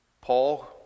Paul